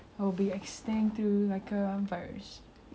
cause it's gonna start killing yourself like softly !wow!